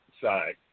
side